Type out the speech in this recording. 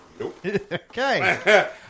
Okay